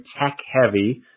tech-heavy